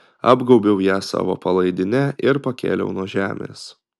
apgaubiau ją savo palaidine ir pakėliau nuo žemės